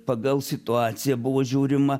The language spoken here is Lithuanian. pagal situaciją buvo žiūrima